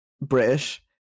British